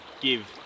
give